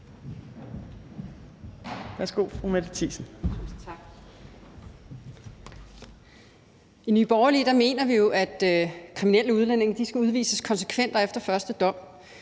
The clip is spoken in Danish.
I Nye Borgerlige mener vi jo, at kriminelle udlændinge skal udvises konsekvent og efter første dom.